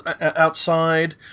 outside